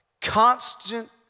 constant